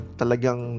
talagang